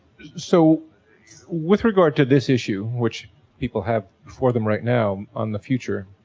so with regard to this issue, which people have before them right now on the future,